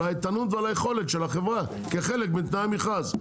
האיתנות ועל היכולת של החברה כחלק מתנאי המכרז.